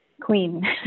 queen